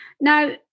now